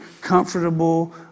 comfortable